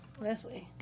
Leslie